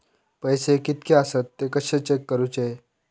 पैसे कीतके आसत ते कशे चेक करूचे?